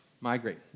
migrate